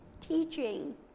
teaching